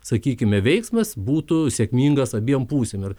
sakykime veiksmas būtų sėkmingas abiem pusėm ir